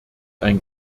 ein